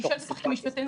אני שואלת אותך כמשפטנית.